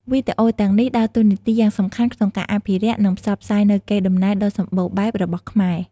វីដេអូទាំងនេះដើរតួនាទីយ៉ាងសំខាន់ក្នុងការអភិរក្ស និងផ្សព្វផ្សាយនូវកេរដំណែលដ៏សម្បូរបែបរបស់ខ្មែរ។